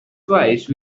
twice